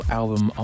album